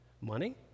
money